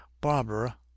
barbara